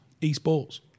Esports